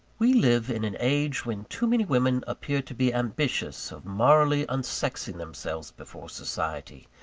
we live in an age when too many women appear to be ambitious of morally unsexing themselves before society,